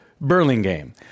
Burlingame